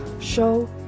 show